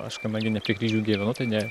aš kadangi ne prie kryžių gyvenu tai ne